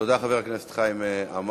תודה, חבר הכנסת חיים עמאר.